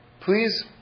Please